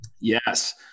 Yes